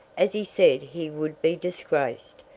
as he said he would be disgraced,